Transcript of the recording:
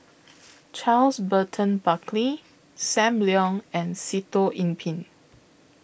Charles Burton Buckley SAM Leong and Sitoh Yih Pin